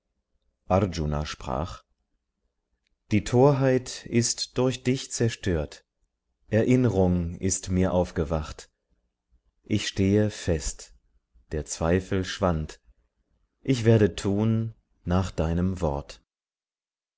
arjuna sprach die torheit ist durch dich zerstört erinnrung ist mir aufgewacht ich stehe fest der zweifel schwand ich werde tun nach deinem wort